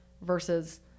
versus